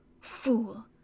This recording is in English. Fool